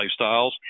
lifestyles